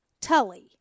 tully